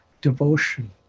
devotion